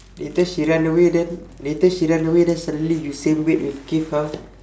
later she run away then later she run away then suddenly you same weight with keith how